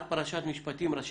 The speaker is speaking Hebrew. וגם במוסדות שלא אושרו,